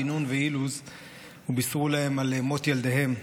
בן נון ואילוז ובישרו להן על מות ילדיהן,